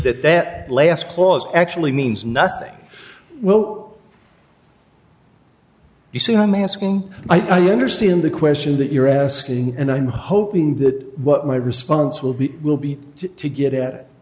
that that last clause actually means nothing well you see i'm asking i understand the question that you're asking and i'm hoping that what my response will be will be to get at